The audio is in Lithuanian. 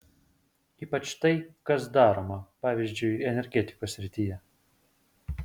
ypač tai kas daroma pavyzdžiui energetikos srityje